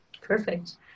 Perfect